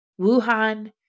Wuhan